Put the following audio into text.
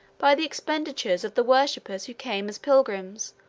by the expenditures of the worshipers who came as pilgrims,